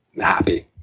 happy